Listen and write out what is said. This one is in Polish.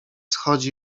chodzi